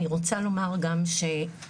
אני רוצה לומר גם שכמשרד,